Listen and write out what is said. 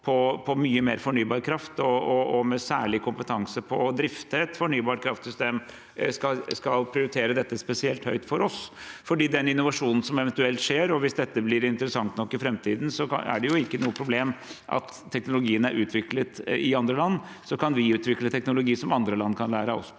for mye mer fornybar kraft og med særlig kompetanse på å drifte et fornybart kraftsystem, skal prioritere dette spesielt høyt, for med den innovasjonen som eventuelt skjer, hvis dette blir interessant nok i framtiden, er det jo ikke noe problem at teknologien er utviklet i andre land. Så kan vi utvikle teknologi der andre land kan lære av oss.